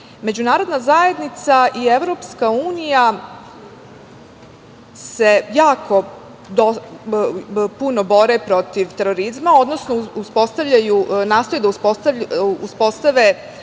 Međunarodna zajednica i EU se puno bore protiv terorizma, odnosno nastoje da uspostave